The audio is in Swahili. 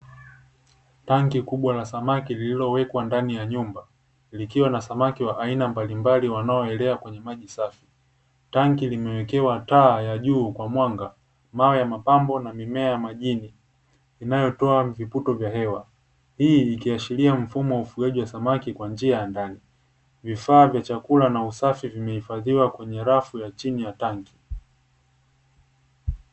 Tanki kubwa la samaki lililowekwa ndani ya nyumba, likiwa na samaki wa aina mbalimbali wanaoelea kwenye maji safi. Tanki limewekewa taa ya juu kwa mwanga, mawe ya mapambo, na mimea ya majini inayotoa viputo vya hewa. Hii ikiashiria mfumo wa ufugaji wa samaki kwa njia ya ndani. Vifaa vya chakula na usafi vimehifadhiwa kwenye rafu ya chini ya tanki.